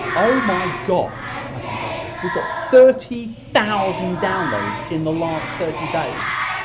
oh my god! that's impressive. we've got thirty thousand downloads in the last thirty days.